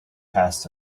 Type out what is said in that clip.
passed